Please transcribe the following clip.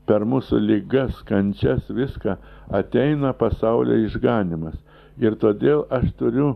per mūsų ligas kančias viską ateina pasaulio išganymas ir todėl aš turiu